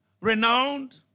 renowned